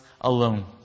alone